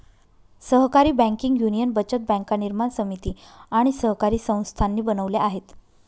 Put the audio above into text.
सहकारी banking union बचत बँका निर्माण समिती आणि सहकारी संस्थांनी बनवल्या आहेत